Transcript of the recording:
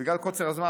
בגלל קוצר הזמן,